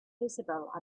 visible